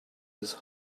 his